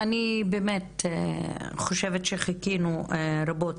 אני באמת חושבת שחיכינו רבות,